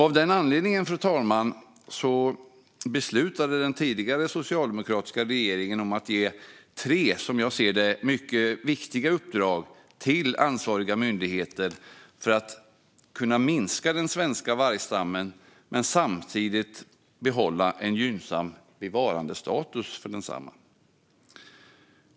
Av den anledningen, fru talman, beslutade den tidigare socialdemokratiska regeringen att ge tre, som jag ser det, mycket viktiga uppdrag till ansvariga myndigheter för att kunna minska den svenska vargstammen men samtidigt behålla en gynnsam bevarandestatus för densamma.